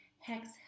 Hex